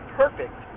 perfect